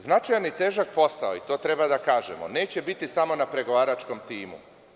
Značajan i težak posao, i to treba da kažemo, neće biti samo na pregovaračkom timu.